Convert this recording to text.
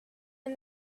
and